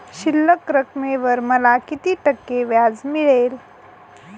शिल्लक रकमेवर मला किती टक्के व्याज मिळेल?